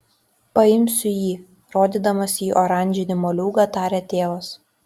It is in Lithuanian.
paimsiu jį rodydamas į oranžinį moliūgą tarė tėvas